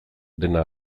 dena